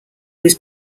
was